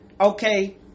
okay